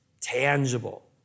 tangible